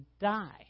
die